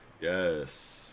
yes